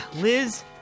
Liz